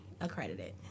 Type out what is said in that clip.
accredited